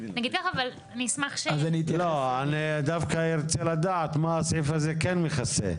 אני דווקא ארצה לדעת מה הסעיף הזה כן מכסה,